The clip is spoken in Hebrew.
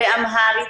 באמהרית,